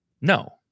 No